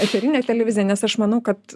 eterinę televiziją nes aš manau kad